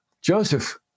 Joseph